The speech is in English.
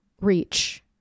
reach